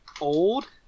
old